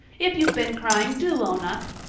if you've been crying do own up.